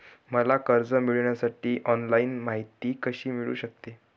मला कर्ज मिळविण्यासाठी ऑनलाइन माहिती कशी मिळू शकते?